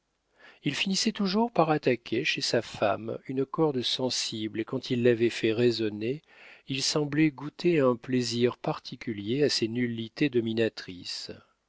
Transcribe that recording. il finissait toujours par attaquer chez sa femme une corde sensible et quand il l'avait fait résonner il semblait goûter un plaisir particulier à ces nullités dominatrices